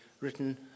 written